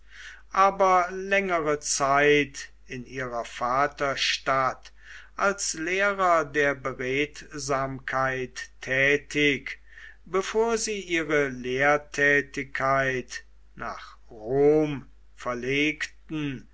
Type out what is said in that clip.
aber längere zeit in ihrer vaterstadt als lehrer der beredsamkeit tätig bevor sie ihre lehrtätigkeit nach rom verlegten